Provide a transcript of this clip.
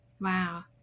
Wow